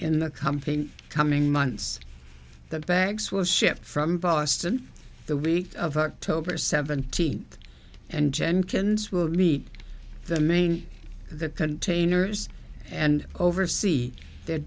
in the company coming months the bags was shipped from boston the week of october seventeenth and jenkins will meet the main the containers and oversee th